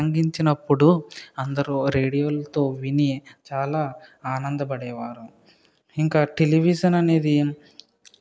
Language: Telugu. ప్రసంగించినప్పుడు అందరూ రేడియో లతో విని చాలా ఆనందపడేవారు ఇంకా టెలివిజన్ అనేది